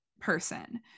person